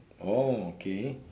oh okay